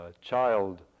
child